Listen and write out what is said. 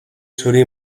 zuri